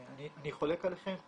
אני חולק עליכם,